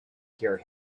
hear